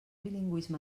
bilingüisme